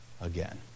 again